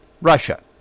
Russia